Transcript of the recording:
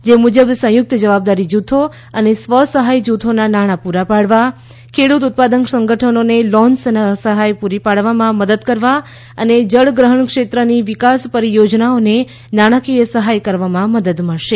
જે મુજબ સંયુક્ત જવાબદારી જૂથો અને સ્વ સહાય જૂથોના નાણાં પૂરા પાડવા ખેડૂત ઉત્પાદન સંગઠનોને લોન સહાય પૂરી પાડવામાં મદદ કરવા અને જળગ્રહણ ક્ષેત્રની વિકાસ પરિયોજનાઓને નાણાંકીય સહાય કરવામાં મદદ મળશે